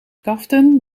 kaften